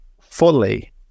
fully